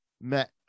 met